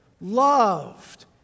loved